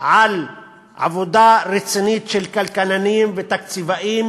על עבודה רצינית של כלכלנים ותקציבאים,